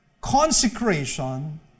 consecration